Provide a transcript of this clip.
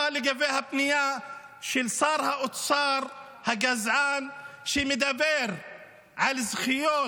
לגבי הפנייה של שר האוצר הגזען שמדבר על זכיות